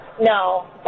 no